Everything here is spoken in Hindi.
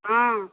हाँ